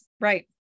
Right